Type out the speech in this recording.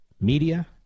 media